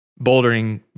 bouldering